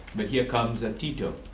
but here comes and tito.